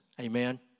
Amen